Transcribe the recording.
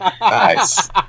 Nice